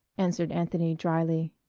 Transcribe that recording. answered anthony dryly.